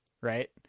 right